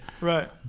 Right